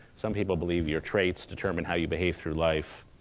some people believe your traits determine how you behave through life.